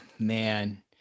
man